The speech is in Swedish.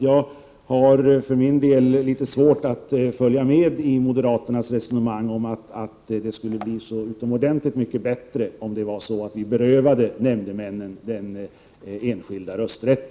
Jag har för min del litet svårt att följa med i moderaternas resonemang om att det skulle bli så utomordentligt mycket bättre om vi berövade nämndemännen den enskilda rösträtten.